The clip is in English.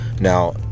Now